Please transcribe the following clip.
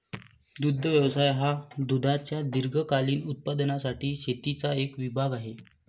दुग्ध व्यवसाय हा दुधाच्या दीर्घकालीन उत्पादनासाठी शेतीचा एक विभाग आहे